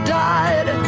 died